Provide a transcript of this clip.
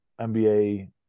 NBA